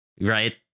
right